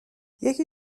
یکی